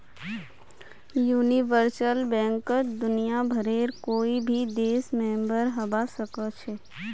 universal बैंकत दुनियाभरेर कोई भी देश मेंबर हबा सखछेख